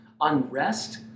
unrest